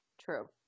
True